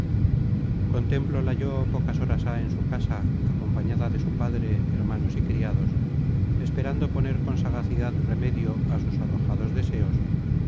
desgracia contémplola yo pocas horas há en su casa acompañada de su padre hermanos y criados esperando poner con sagacidad remedio á sus arrojados deseos